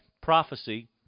prophecy